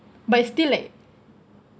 but it's still like